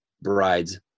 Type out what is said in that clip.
bride's